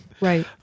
right